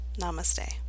Namaste